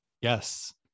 Yes